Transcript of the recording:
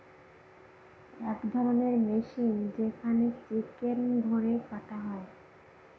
এক ধরণের মেশিন যেখানে চিকেন ভোরে কাটা হয়